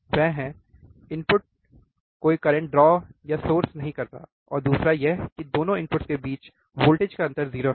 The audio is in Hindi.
वह है इनपुट्स कोई करंट ड्रॉ या सोर्स नहीं करता और दूसरा यह की दोनो इनपुट्स के बीच वोल्टेज का अंतर 0 है